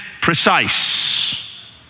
precise